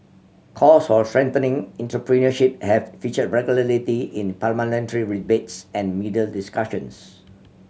calls for strengthening entrepreneurship have featured regularly in parliamentary debates and media discussions